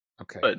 Okay